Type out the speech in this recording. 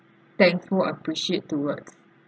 thankful appreciate towards